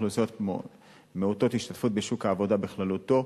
אוכלוסיות מעוטות השתתפות בשוק העבודה בכללותו.